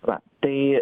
va tai